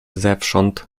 zewsząd